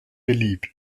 beliebt